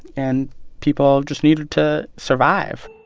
and people just needed to survive